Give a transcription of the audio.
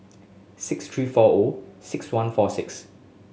six three four O six one four six